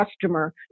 customer